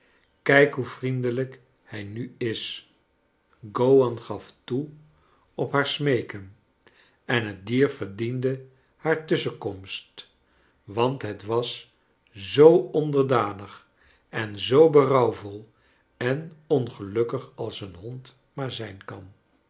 krjk hoe vriendelijk hij nu is i gowan gaf foe op haar smeeken en het dier verdiende haar tusschenkomst want het was zoo onderdanig en zoo berouwvol en ongelukkig als een hond maar zijn kan